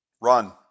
Run